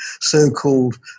so-called